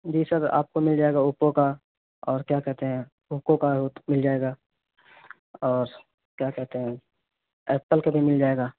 جی sir آپ کو مل جائے گا اوپو کا اور کیا کہتے ہیں پوکو کا مل جائے گا اور کیا کہتے ہیں ایپل کے بھی مل جائے گا